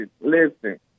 listen